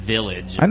village